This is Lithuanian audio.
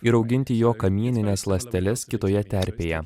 ir auginti jo kamienines ląsteles kitoje terpėje